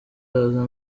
aza